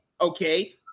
okay